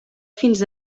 fins